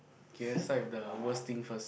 okay let's start with the worst thing first